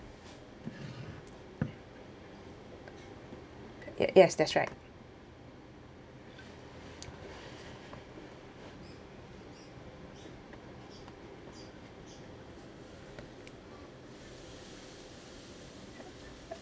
ye~ yes that's right